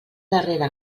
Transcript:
darrera